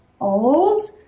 old